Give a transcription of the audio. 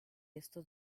estos